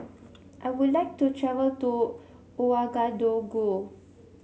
I would like to travel to Ouagadougou